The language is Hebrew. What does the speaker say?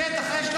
שטח אש.